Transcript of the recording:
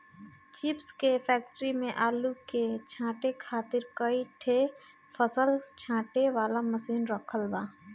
chips के factory में आलू के छांटे खातिर कई ठे फसल छांटे वाला मशीन रखल बा